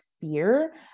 fear